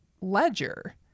ledger